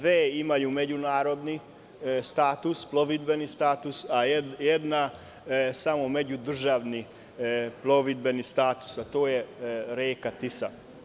Dve imaju međunarodni status plovidbeni status, a jedna samo međudržavni plovidbeni status, to je reka Tisa.